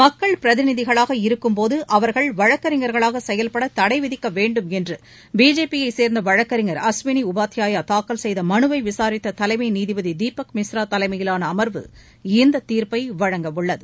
மக்கள் பிரதிநிதிகளாக இருக்கும்போது அவர்கள் வழக்கறிஞர்களாக செயல்பட தடை விதிக்க வேண்டும் என்று பிஜேபி யை சேர்ந்த வழக்கறிஞர் அஸ்வினி உபாத்யாயா தாக்கல் செய்த மனுவை விசாரித்த தலைமை நீதிபதி தீபக் மிஸ்ரா தலைமையிலான அமர்வு இந்தத் தீர்ப்பை வழங்க உள்ளது